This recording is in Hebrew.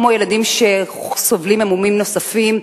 כמו ילדים שסובלים ממומים נוספים,